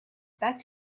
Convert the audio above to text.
back